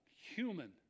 human